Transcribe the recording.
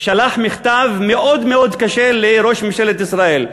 שלח מכתב קשה מאוד לראש ממשלת ישראל,